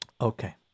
Okay